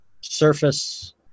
surface